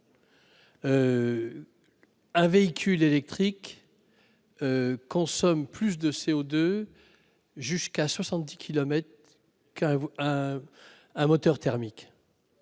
un véhicule électrique consomme plus de CO2 qu'une voiture à moteur thermique.